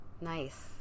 Nice